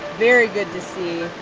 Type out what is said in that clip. very good to see.